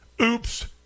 Oops